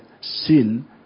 sin